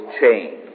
change